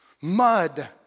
mud